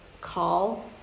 call